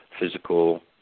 physical